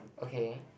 okay